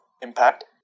impact